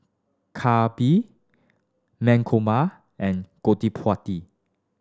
Kapil Mankombu and Gottipati